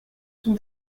son